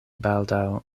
baldaŭ